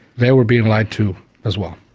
they were being lied to as well.